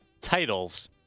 titles